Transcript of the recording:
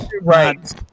Right